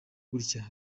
gutya